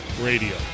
Radio